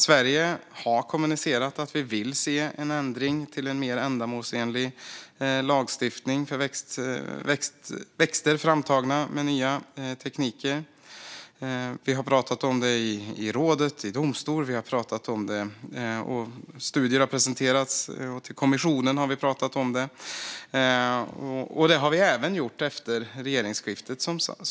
Sverige har kommunicerat att vi vill se en ändring till en mer ändamålsenlig lagstiftning för växter framtagna med nya tekniker. Studier har presenterats, och vi har pratat om det. Vi har pratat om det i rådet, i domstol och i kommissionen. Det har vi som sagt gjort även efter regeringsskiftet.